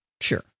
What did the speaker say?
Sure